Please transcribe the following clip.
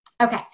Okay